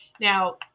now